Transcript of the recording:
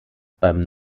beim